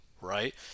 right